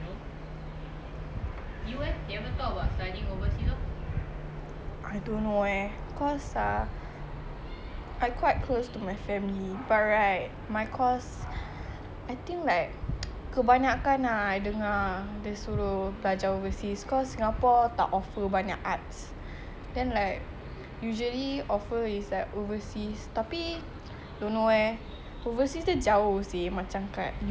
I don't know eh cause ah I quite close to my family but right my course I think like kebanyakan ah I dengar dia suruh belajar overseas cause singapore tak offer banyak arts then like usually offer is like overseas tapi don't know eh overseas dia jauh seh macam kat U_K gitu kalau you can choose tempat nak belajar overseas where you want go